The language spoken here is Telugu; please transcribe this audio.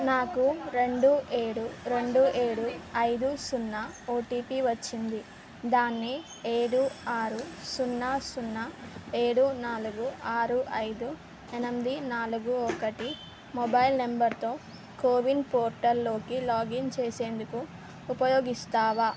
నాకు రెండు ఏడు రెండు ఏడు ఐదు సున్నా ఓటీపీ వచ్చింది దాన్ని ఏడు ఆరు సున్నా సున్నా ఏడు నాలుగు ఆరు ఐదు ఎనిమిది నాలుగు ఒకటి మొబైల్ నంబర్తో కోవిన్ పోర్టల్లోకి లాగిన్ చేసేందుకు ఉపయోగిస్తావా